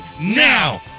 now